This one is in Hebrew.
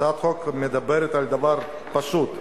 הצעת החוק מדברת על דבר פשוט,